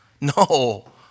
No